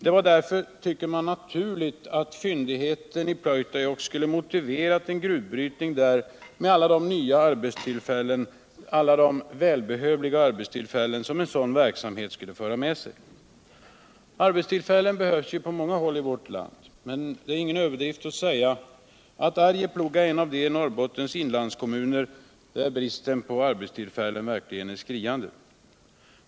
Det var därför, tyckte man, naturligt att fyndigheten i Pleutajokk skulle motivera en gruvbrytning där med alla de nya och välbehövliga arbetstillfällen som en sådan verksamhet skulle medföra. Arbetstillfällen behövs på många håll i vårt lund. men det är ingen överdrift att säga att Arjeplog är en av Norrbottens inlandskommuner där bristen på arbetstillfällen verkligen är skriande.